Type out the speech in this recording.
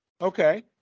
Okay